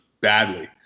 badly